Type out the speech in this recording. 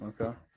Okay